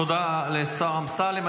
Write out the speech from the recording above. תודה לשר אמסלם.